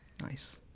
Nice